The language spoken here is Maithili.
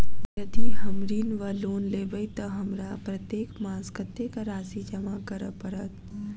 यदि हम ऋण वा लोन लेबै तऽ हमरा प्रत्येक मास कत्तेक राशि जमा करऽ पड़त?